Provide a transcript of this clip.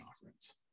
conference